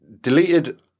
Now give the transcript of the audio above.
deleted